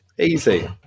Easy